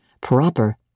proper